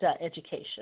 Education